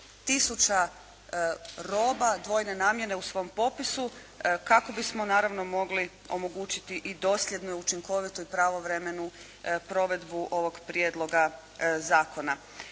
tisuća roba dvojne namjene u svom popisu kako bismo naravno mogli omogućiti i dosljednu, učinkovitu i pravovremenu provedbu ovog prijedloga zakona.